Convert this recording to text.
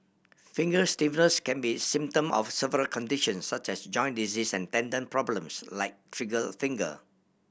finger stiffness can be symptom of several condition such as join disease and tendon problems like trigger a finger